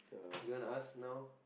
you want to ask now